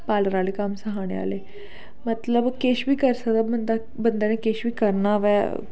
parlour आह्ले कम्म सखाने आह्ले मतलब किश बी करी सकदा बंदा बंदा ने किश बी करना होऐ